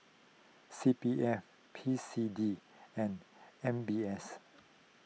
C P F P S D and M B S